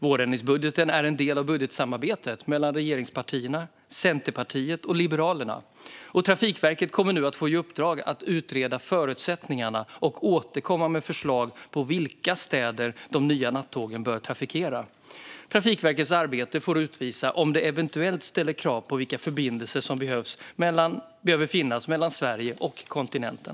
Vårändringsbudgeten är en del av budgetsamarbetet mellan regeringspartierna, Centerpartiet och Liberalerna. Trafikverket kommer nu att få i uppdrag att utreda förutsättningarna och återkomma med förslag på vilka städer de nya nattågen bör trafikera. Trafikverkets arbete får utvisa om det eventuellt ställer krav på vilka förbindelser som behöver finnas mellan Sverige och kontinenten.